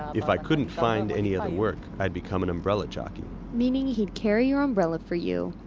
if i couldn't find any other work, i'd become an umbrella jockey meaning he'd carry your umbrella for you,